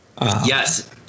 Yes